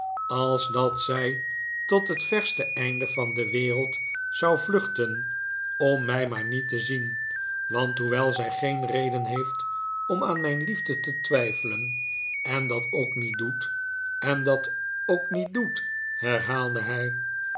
als dat zij tot het verste einde van de wereld zou vluchten om mij maar niet te zien want hoewel zij geen reden heeft om aan mijn liefde te twijfelen en dat ook niet doet en dat ook niet doet herhaalde hij